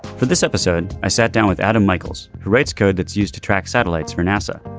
for this episode i sat down with adam michaels who writes code that's used to track satellites for nasa.